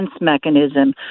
mechanism